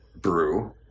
brew